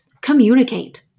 Communicate